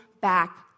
back